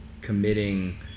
committing